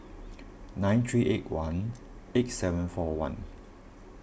nine three eight one eight seven four one